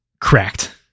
cracked